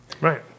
Right